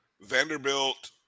Vanderbilt